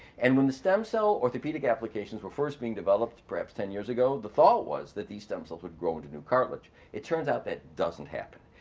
and when the stem cell orthopedic applications were first being developed perhaps ten years ago, the thought was that these stem cells would grow into new cartilage. it turns out that doesn't happen.